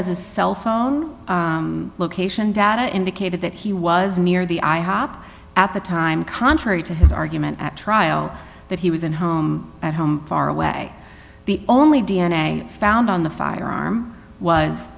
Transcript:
has a cell phone location data indicated that he was near the i hop at the time contrary to his argument at trial that he was in home at home far away the only d n a found on the firearm was